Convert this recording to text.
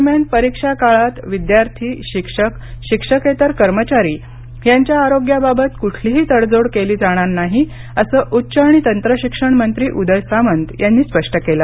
दरम्यान परीक्षाकाळांत विद्यार्थी शिक्षक शिक्षकेतर कर्मचारी यांच्या आरोग्याबाबत कुठलीही तडजोड केली जाणार नाही असं उच्च आणि तंत्रशिक्षण मंत्री उदय सामंत यांनी स्पष्ट केलं